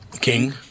King